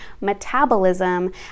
metabolism